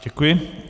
Děkuji.